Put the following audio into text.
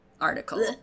article